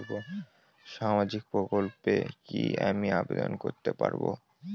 সামাজিক প্রকল্পে কি আমি আবেদন করতে পারবো?